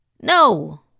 No